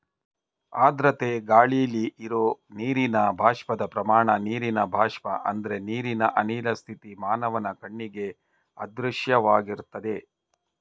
ಆರ್ದ್ರತೆ ಗಾಳಿಲಿ ಇರೋ ನೀರಿನ ಬಾಷ್ಪದ ಪ್ರಮಾಣ ನೀರಿನ ಬಾಷ್ಪ ಅಂದ್ರೆ ನೀರಿನ ಅನಿಲ ಸ್ಥಿತಿ ಮಾನವನ ಕಣ್ಣಿಗೆ ಅದೃಶ್ಯವಾಗಿರ್ತದೆ